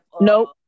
nope